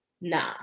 Nah